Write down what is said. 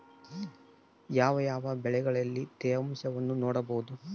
ಯಾವ ಯಾವ ಬೆಳೆಗಳಲ್ಲಿ ತೇವಾಂಶವನ್ನು ನೋಡಬಹುದು?